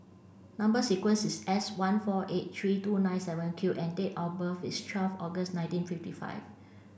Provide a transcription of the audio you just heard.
number sequence is S one four eight three two nine seven Q and date of birth is twelve August nineteen fifty five